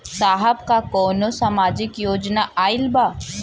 साहब का कौनो सामाजिक योजना आईल बा?